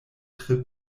tre